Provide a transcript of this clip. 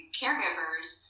caregivers